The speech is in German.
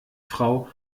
frau